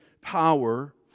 power